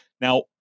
Now